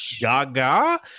Gaga